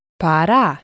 para